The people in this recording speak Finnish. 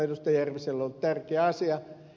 järviselle ollut tärkeä asia